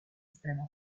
estrema